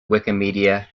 wikimedia